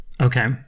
okay